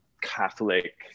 Catholic